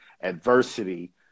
adversity